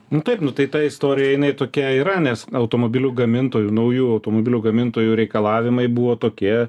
nu taip nu tai ta istorija jinai tokia yra nes automobilių gamintojų naujų automobilių gamintojų reikalavimai buvo tokie